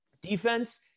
Defense